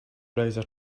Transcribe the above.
browser